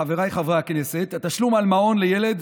חבריי חברי הכנסת, התשלום על מעון לילד